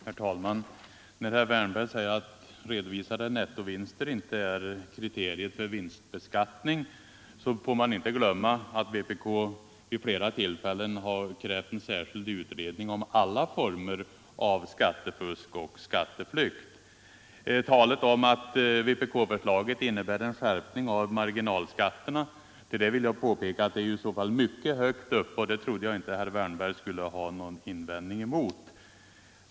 Herr talman! Herr Wärnberg säger att redovisade nettovinster inte är kriterier för vinstbeskattning. Man får emellertid inte glömma att vpk vid flera tillfällen har krävt en särskild utredning om alla former av skattefusk och skatteflykt. Beträffande talet om att vpk-förslaget innebär en skärpning av marginalskatterna vill jag påpeka att det i så fall gäller mycket höga inkomster, och det trodde jag inte att herr Wärnberg skulle rikta någon invändning mot.